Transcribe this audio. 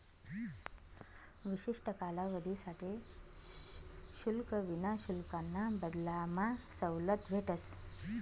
विशिष्ठ कालावधीसाठे शुल्क किवा शुल्काना बदलामा सवलत भेटस